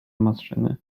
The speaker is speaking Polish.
maszyny